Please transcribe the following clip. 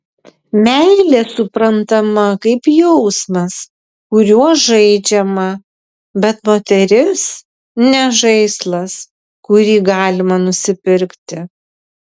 meilė suprantama kaip jausmas kuriuo žaidžiama bet moteris ne žaislas kurį galima nusipirkti